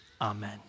amen